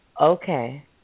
Okay